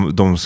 de